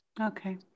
Okay